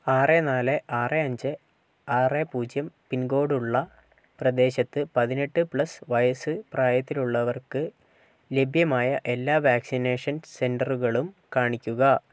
ആറ് നാല് ആറ് അഞ്ച് ആറ് പൂജ്യം പിൻകോഡുള്ള പ്രദേശത്ത് പതിനെട്ട് പ്ലസ് വയസ്സ് പ്രായത്തിലുള്ളവർക്ക് ലഭ്യമായ എല്ലാ വാക്സിനേഷൻ സെന്ററുകളും കാണിക്കുക